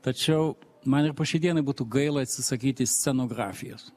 tačiau man ir po šiai dienai būtų gaila atsisakyti scenografijos